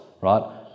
right